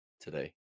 today